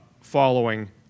following